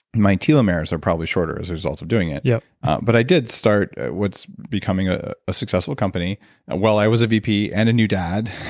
my telomeres were probably shorter as a result of doing it, yeah but i did start what's becoming a a successful company while i was a vp and a new dad,